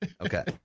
Okay